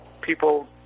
people